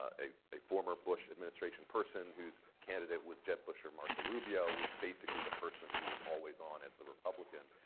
ah a a former bush administration person, who's candidate was jeb bush or marco rubio was basically the person who was always on as the republican,